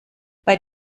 bei